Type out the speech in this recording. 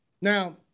Now